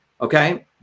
okay